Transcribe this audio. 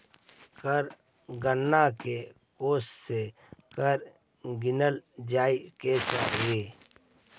कर गणना में कौनसे कर गिनल जाए के चाही